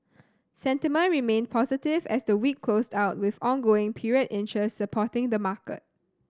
sentiment remained positive as the week closed out with ongoing period interest supporting the market